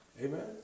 Amen